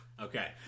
Okay